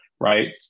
right